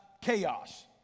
chaos